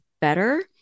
better